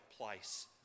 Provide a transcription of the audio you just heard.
place